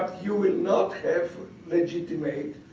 you will not have legitimate